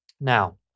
Now